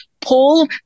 Paul